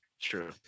True